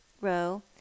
row